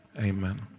Amen